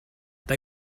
they